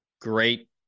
Great